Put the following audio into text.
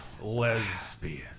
Lesbian